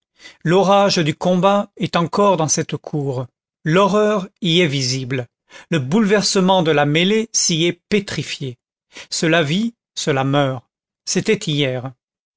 l'orage du combat est encore dans cette cour l'horreur y est visible le bouleversement de la mêlée s'y est pétrifié cela vit cela meurt c'était hier